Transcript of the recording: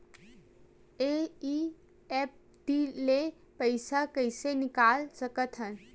NEFT ले पईसा कइसे निकाल सकत हन?